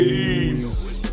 Peace